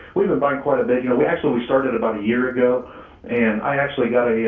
we've been buying quite a bit. you know we actually started about a year ago and i actually got yeah